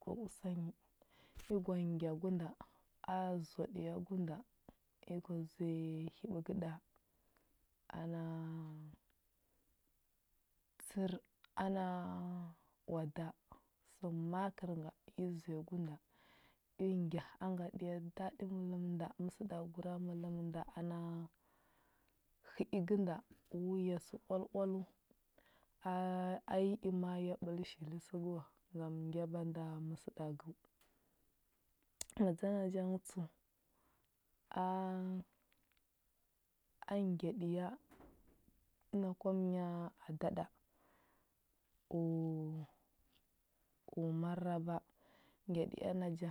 Gwa usa nyi. I gwa ngya gu nda, a zoa ɗiya gu nda. Yi gwa zuya hiɓəgə ɗa ana tsər ana oada. Sə makər nga yi zuwa gu nda, i ngya a ngaɗə ya daɗi mələm nda məsəɗagura mələm nda ana hə i gənda u ya səu oal oaləu. Aaa a yi i ma a ya ɓəl shili səgə wa. Ngam ngya banda məsəɗagəu. Madza naja ngə tsəu, aaa a ngyaɗə ya ana kwamənya ada ɗa. U u mararaba, ngaɗə ya naja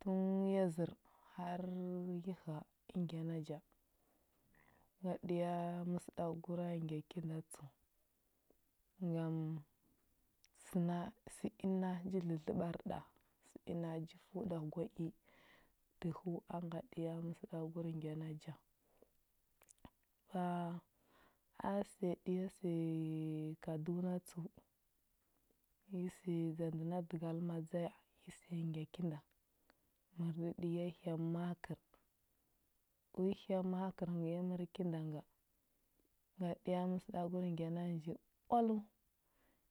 tun ya zər har yi həa, i ngya naja. Ngaɗə ya məsəɗagura ngya ki nda tsəu, ngam səna sə inda ji dlədləɓar ɗa, sə ina ji fəu ɗa gwa i, dəhəu a ngaɗə ya əsəɗagur ngya naja. Ka a səya ɗə ya səya kaduna tsəu, yi səya dza ndə na dəgal madza ya, i səya ngya kinda. Mərɗə ɗə ya hya makər. U hya makər ngə yi ər kind nga, ngaɗu ya məsəɗagur ngya nji oaləu.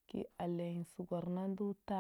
Kə i alenyi səgwar nda ndo ta